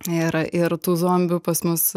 ir ir tų zombių pas mus